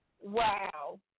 Wow